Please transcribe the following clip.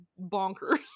bonkers